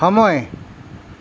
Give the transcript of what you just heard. সময়